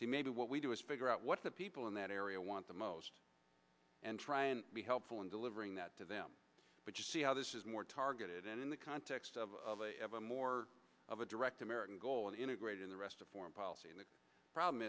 care maybe what we do is figure out what the people in that area want the most and try and be helpful in delivering that to them but you see how this is more targeted in the context of a more of a direct american goal and integrating the rest of foreign policy and the problem